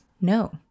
no